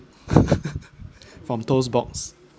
from toast box